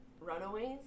Runaways